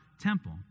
temple